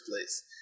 place